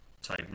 type